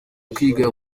kwiga